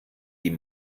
die